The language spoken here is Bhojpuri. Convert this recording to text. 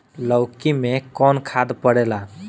लौकी में कौन खाद पड़ेला?